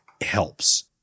helps